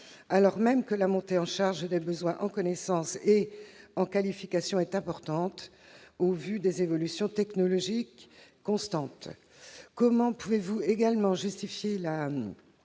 alors même que la montée en charge des besoins en connaissances et en qualifications est importante, au vu des évolutions technologiques constantes ? Comment pouvez-vous également justifier la